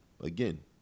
Again